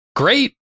Great